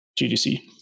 gdc